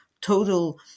total